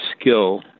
skill